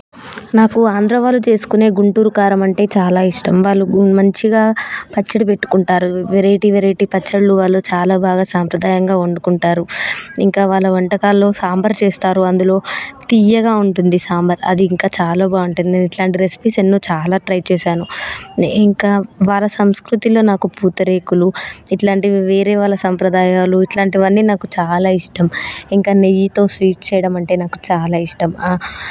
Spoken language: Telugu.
నాకు ఆంధ్ర వాళ్ళు చేసుకునే గుంటూరు కారం అంటే చాలా ఇష్టం వాళ్ళు మంచిగా పచ్చడి పెట్టుకుంటారు వెరైటీ వెరైటీ పచ్చళ్ళు వాళ్ళు చాలా బాగా సంప్రదాయంగా వండుకుంటారు ఇంకా వాళ్ళ వంటకాల్లో సాంబార్ చేస్తారు అందులో తియ్యగా ఉంటుంది సాంబార్ అది ఇంకా చాలా బాగుంటుంది నేను ఇట్లాంటి రెసిపీస్ ఎన్నో చాలా ట్రై చేశాను ఇంకా వాళ్ళ సంస్కృతిలో నాకు పూతరేకులు ఇట్లాంటివి వేరే వాళ్ళ సంప్రదాయాలు ఇట్లాంటివన్నీ నాకు చాలా ఇష్టం ఇంకా నెయ్యితో స్వీట్ చేయడం అంటే నాకు చాలా ఇష్టం